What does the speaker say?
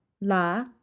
La